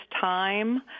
time